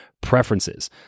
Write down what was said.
preferences